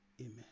Amen